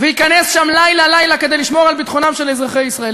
וייכנס שם לילה-לילה כדי לשמור על ביטחונם של אזרחי ישראל.